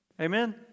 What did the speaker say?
Amen